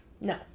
No